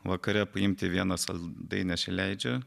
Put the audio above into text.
vakare paimti vieną saldainį aš leidžiu